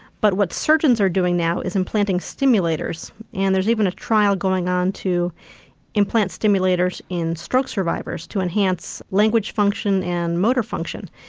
but what surgeons are doing now is implanting stimulators and there's even a trial going on to implant stimulators in stroke survivors to enhance language function and motor function.